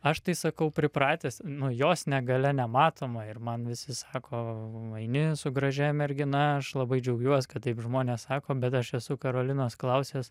aš tai sakau pripratęs nu jos negalia nematoma ir man visi sako eini su gražia mergina aš labai džiaugiuos kad taip žmonės sako bet aš esu karolinos klausęs